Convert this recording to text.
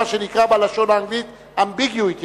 מה שנקרא בלשון האנגליתambiguity ,